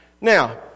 Now